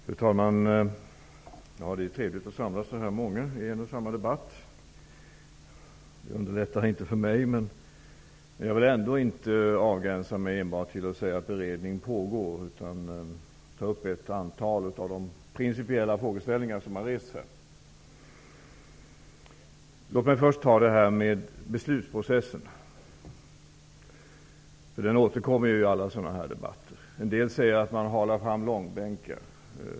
Fru talman! Det är trevligt att samlas så många i en och samma debatt. Det underlättar inte för mig, men jag vill ändå inte avgränsa mig till att enbart säga att beredning pågår. Jag tänker ta upp ett antal av de principiella frågeställningar som har rests. Låt mig först ta upp frågan om beslutsprocessen. Den återkommer i alla sådana här debatter. En del säger att man drar detta i långbänk.